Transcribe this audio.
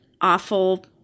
awful